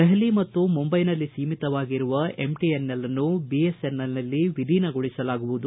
ದೆಹಲಿ ಮತ್ತು ಮುಂಬೈನಲ್ಲಿ ಸೀಮಿತವಾಗಿರುವ ಎಂಟಿಎನ್ಎಲ್ನ್ನು ಬಿಎಸ್ಎನ್ಎಲ್ನಲ್ಲಿ ವಿಲೀನಗೊಳಿಸಲಾಗುವುದು